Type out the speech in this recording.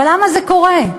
אבל למה זה קורה?